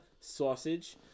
Sausage